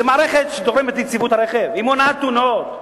זאת מערכת שתורמת ליציבות הרכב, היא מונעת תאונות.